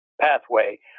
pathway